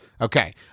Okay